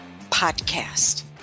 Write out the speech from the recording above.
podcast